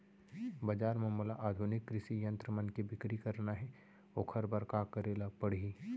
बजार म मोला आधुनिक कृषि यंत्र मन के बिक्री करना हे ओखर बर का करे ल पड़ही?